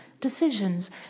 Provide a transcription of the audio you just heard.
decisions